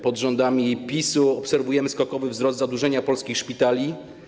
Pod rządami PiS-u obserwujemy skokowy wzrost zadłużenia polskich szpitali.